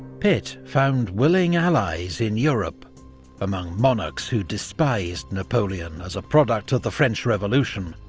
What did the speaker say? pitt found willing allies in europe among monarchs who despised napoleon as a product of the french revolution,